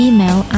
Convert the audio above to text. Email